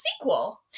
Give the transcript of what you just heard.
sequel